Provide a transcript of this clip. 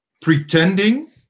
pretending